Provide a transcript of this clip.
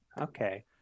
Okay